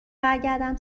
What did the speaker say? برگردم